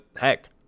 heck